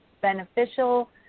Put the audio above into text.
beneficial